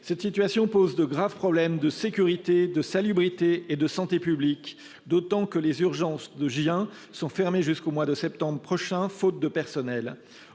Cette situation pose de graves problèmes de sécurité, de salubrité et de santé publiques, d'autant que les urgences de l'hôpital de Gien sont fermées jusqu'au mois de septembre prochain, faute de personnel.